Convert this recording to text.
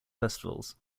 festivals